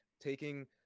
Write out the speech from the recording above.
taking